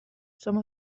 some